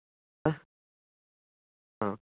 ಹಾಂ ಹಾಂ